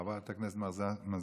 חברת הכנסת מזרסקי,